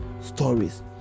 stories